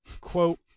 quote